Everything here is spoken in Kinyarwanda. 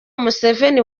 museveni